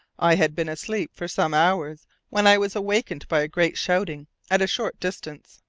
i had been asleep for some hours when i was awakened by a great shouting at a short distance.